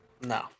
No